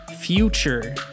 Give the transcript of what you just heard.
Future